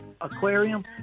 aquarium